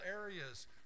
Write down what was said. areas